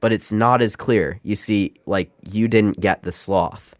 but it's not as clear. you see, like, you didn't get the sloth